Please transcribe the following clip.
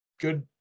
good